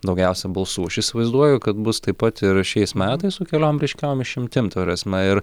daugiausia balsų aš įsivaizduoju kad bus taip pat ir šiais metais su keliom ryškiom išimtim ta prasme ir